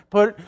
put